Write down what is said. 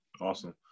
Awesome